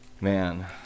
Man